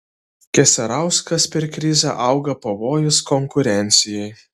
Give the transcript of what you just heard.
keserauskas per krizę auga pavojus konkurencijai